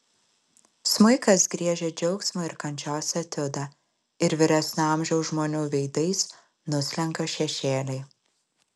smuikas griežia džiaugsmo ir kančios etiudą ir vyresnio amžiaus žmonių veidais nuslenka šešėliai